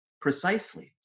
Precisely